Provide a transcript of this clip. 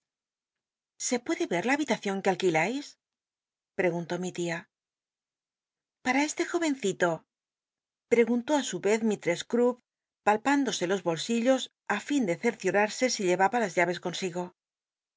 se puede el la habitacion que alquilé preguntó mi tia para este jovencito preguntó á su ez misttcss cl'llpp palpündosc los bolsillos í fin de tcrciomrsc si iic'aba las llaves co